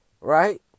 right